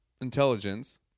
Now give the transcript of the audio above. intelligence